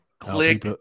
Click